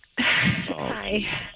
Hi